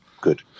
good